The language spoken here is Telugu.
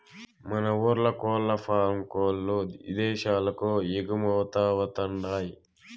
మన ఊర్ల కోల్లఫారం కోల్ల్లు ఇదేశాలకు ఎగుమతవతండాయ్